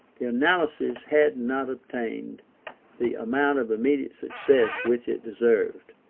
the analysis had not obtained the amount of immediate success which it deserved,